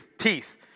teeth